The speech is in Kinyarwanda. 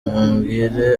mubwire